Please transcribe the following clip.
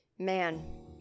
Man